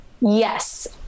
Yes